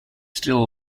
still